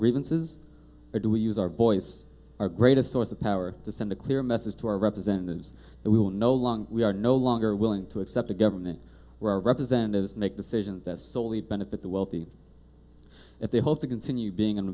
grievances or do we use our voice our greatest source of power to send a clear message to our representatives that we will no longer we are no longer willing to accept a government representatives make decisions that solely benefit the wealthy if they hope to continue being in